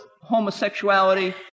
homosexuality